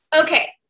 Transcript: okay